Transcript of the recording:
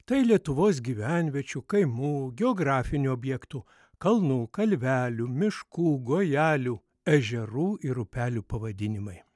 tai lietuvos gyvenviečių kaimų geografinių objektų kalnų kalvelių miškų gojelių ežerų ir upelių pavadinimai